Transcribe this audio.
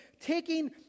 taking